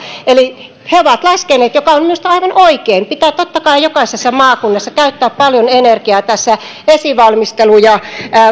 eli he ovat laskeneet mikä on minusta aivan oikein pitää totta kai jokaisessa maakunnassa käyttää paljon energiaa tässä esivalmistelu ja